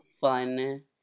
fun